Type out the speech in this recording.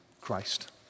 Christ